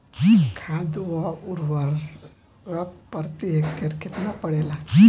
खाध व उर्वरक प्रति हेक्टेयर केतना पड़ेला?